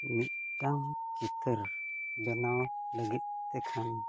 ᱢᱤᱫᱴᱟᱝ ᱪᱤᱛᱟᱹᱨ ᱵᱮᱱᱟᱣ ᱞᱟᱹᱜᱤᱫ ᱛᱮᱠᱷᱟᱱ